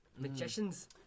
Magicians